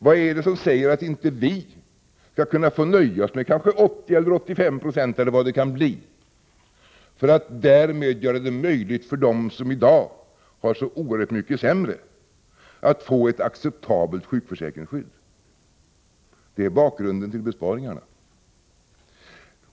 Vad är det som säger att inte vi skall få nöja oss med kanske 80 eller 85 6 — eller vad det kan bli — för att därmed göra det möjligt för dem som i dag har det oerhört mycket sämre att få ett acceptabelt sjukförsäkringsskydd? — Detta är bakgrunden till besparingarna.